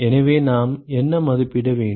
எனவே நாம் என்ன மதிப்பிட வேண்டும்